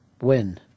Win